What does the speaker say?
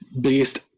biggest